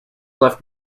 left